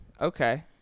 Okay